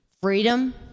freedom